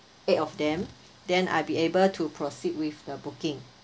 eight of them then I'll be able to proceed with the booking